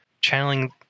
channeling